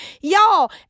Y'all